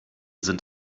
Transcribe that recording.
sind